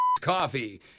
Coffee